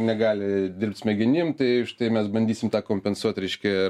negali dirbt smegenim tai štai mes bandysim tą kompensuot reiškia